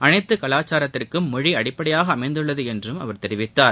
அனைத்து கவாச்சாரத்திற்கும் மொழி அடிப்படையாக அமைந்துள்ளது என்று அவர் தெரிவித்தார்